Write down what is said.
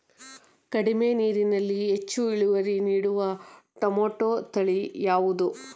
ಕಡಿಮೆ ನೀರಿನಲ್ಲಿ ಹೆಚ್ಚು ಇಳುವರಿ ನೀಡುವ ಟೊಮ್ಯಾಟೋ ತಳಿ ಯಾವುದು?